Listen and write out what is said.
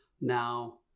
now